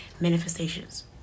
manifestations